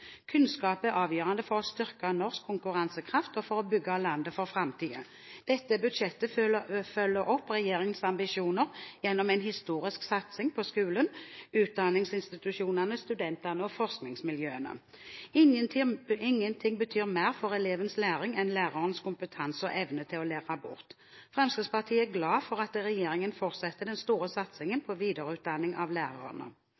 Kunnskap er avgjørende for å styrke norsk konkurransekraft og for å bygge landet for framtiden. Dette budsjettet følger opp regjeringens ambisjoner gjennom en historisk satsing på skolen, utdanningsinstitusjonene, studentene og forskningsmiljøene. Ingenting betyr mer for elevenes læring enn lærerens kompetanse og evne til å lære bort. Fremskrittspartiet er glad for at regjeringen fortsetter den store satsingen